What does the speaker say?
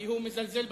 כי הוא מזלזל בכנסת.